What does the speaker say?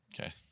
okay